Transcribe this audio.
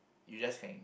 you just can